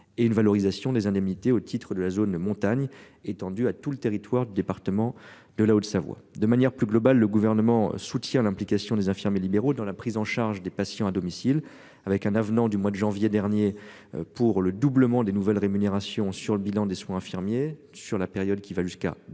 et une valorisation des indemnités au titre de la zone de montagne, étendu à tout le territoire du département de la Haute-Savoie, de manière plus globale. Le gouvernement soutient l'implication des infirmiers libéraux dans la prise en charge des patients à domicile avec un avenant du mois de janvier dernier pour le doublement des nouvelles rémunérations sur le bilan des soins infirmiers sur la période qui va jusqu'à 2024